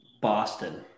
Boston